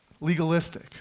legalistic